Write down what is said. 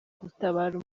gutabara